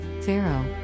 Pharaoh